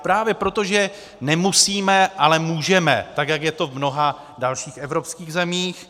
Právě proto, že nemusíme, ale můžeme, tak jak je to v mnoha dalších evropských zemích.